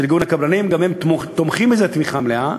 גם הם תומכים בזה תמיכה מלאה.